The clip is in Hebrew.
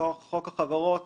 שמכוח חוק החברות